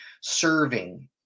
serving